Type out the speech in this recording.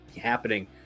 happening